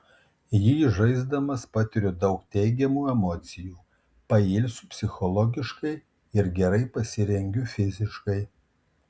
jį žaisdamas patiriu daug teigiamų emocijų pailsiu psichologiškai ir gerai pasirengiu fiziškai